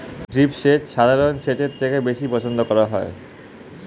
drip সেচ সাধারণ সেচের থেকে বেশি পছন্দ করা হয়